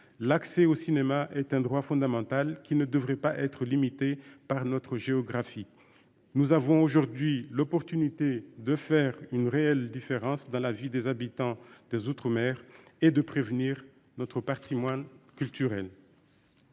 l'accès au cinéma est un droit fondamental, qui ne devrait pas être limitée par notre géographie. Nous avons aujourd'hui l'opportunité de faire une réelle différence dans la vie des habitants des Outre-mer et de prévenir, notre Patrimoine culturel.